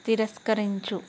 తిరస్కరించు